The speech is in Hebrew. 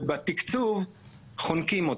ובתקצוב חונקים אותם.